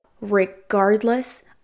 regardless